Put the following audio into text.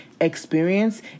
experience